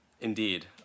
Indeed